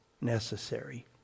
necessary